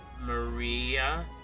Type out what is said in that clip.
Maria